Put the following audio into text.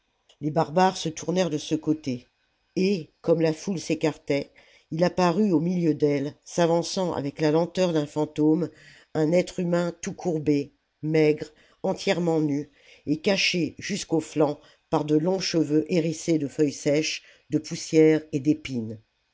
les barbares se tournèrent de ce côté et comme la foule s'écartait il apparut au milieu d'elle s'avançant avec la lenteur d'un fantôme un être humain tout courbé maigre entièrement nu et caché jusqu'aux flancs par de longs cheveux héjo salammbo risses de feuilles sèches de poussière et d'épines